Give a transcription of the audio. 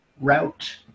route